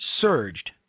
surged